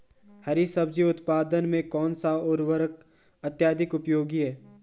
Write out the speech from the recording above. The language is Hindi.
हरी सब्जी उत्पादन में कौन सा उर्वरक अत्यधिक उपयोगी है?